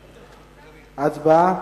הצבעה.